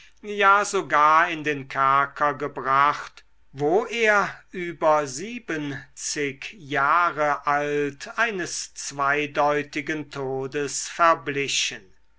ja sogar in den kerker gebracht wo er über siebenzig jahre alt eines zweideutigen todes verblichen